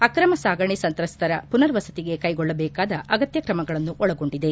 ಅಕ್ರಮ ಸಾಗಣೆ ಸಂತ್ರಸ್ತರ ಮನರ್ವಸತಿಗೆ ಕೈಗೊಳ್ಳಬೇಕಾದ ಅಗತ್ಯ ಕ್ರಮಗಳನ್ನು ಒಳಗೊಂಡಿದೆ